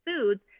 foods